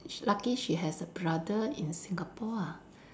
sh~ lucky she has a brother in Singapore ah